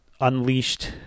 unleashed